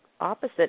opposite